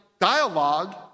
dialogue